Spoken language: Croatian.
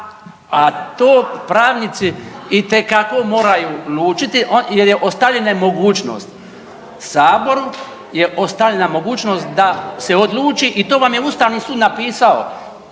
a to pravnici itekako moraju lučiti jer je ostavljena je mogućnost saboru je ostavljena mogućnost da se odluči i to vam je Ustavni sud napisao